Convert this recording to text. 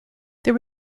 there